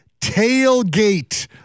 Tailgate